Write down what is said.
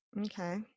Okay